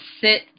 sit